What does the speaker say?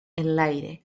enlaire